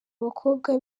abakobwa